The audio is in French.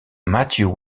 matthew